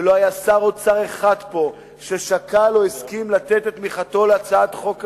ולא היה שר אוצר אחד פה ששקל או הסכים לתת את תמיכתו להצעת חוק כזאת.